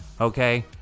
okay